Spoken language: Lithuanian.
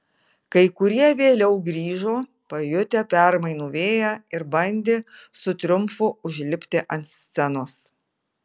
kai kurie vėliau grįžo pajutę permainų vėją ir bandė su triumfu užlipti ant scenos